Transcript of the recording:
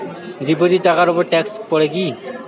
Deposit টাকার উপর tax পড়ে কি?